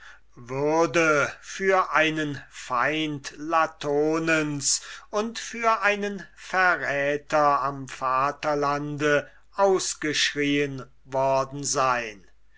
würde für einen feind latonens und für einen verräter am vaterlande ausgeschrien worden sein